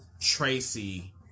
Tracy